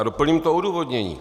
A doplním to odůvodnění.